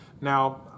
Now